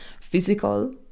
physical